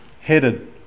headed